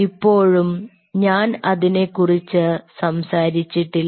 ഇപ്പോഴും ഞാൻ അതിനെക്കുറിച്ച് സംസാരിച്ചിട്ടില്ല